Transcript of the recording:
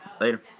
Later